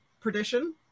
Perdition